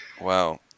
Wow